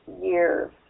years